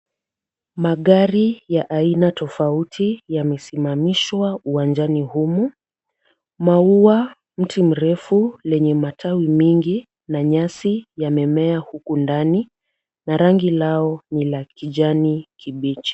Magari ya aina tofauti yamesimamishwa uwanjani humu. Maua, mti mrefu lenye matawi mingi na nyasi yamemea huku ndani na rangi lao ni la kijani kibichi.